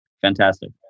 Fantastic